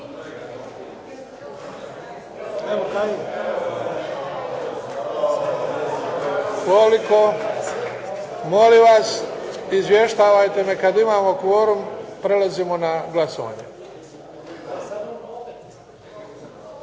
Idemo dalje. Koliko? Molim vas izvještavajte me kada imamo kvorum, prelazimo na glasovanje.